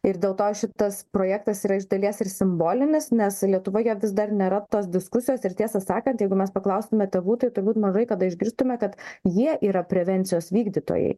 ir dėl to šitas projektas yra iš dalies ir simbolinis nes lietuvoje vis dar nėra tos diskusijos ir tiesą sakant jeigu mes paklaustume tėvų tai turbūt mažai kada išgirstume kad jie yra prevencijos vykdytojai